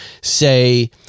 say